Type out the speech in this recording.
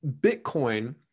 Bitcoin